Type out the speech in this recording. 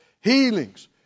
Healings